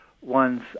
one's